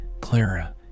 Clara